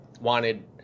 wanted